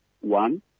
one